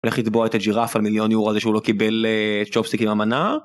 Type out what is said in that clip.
לך לתבוע את הג'ירף על מיליון יורו על זה שהוא לא קיבל צ'ופסיק עם המנה...